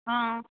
હા